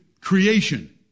Creation